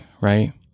right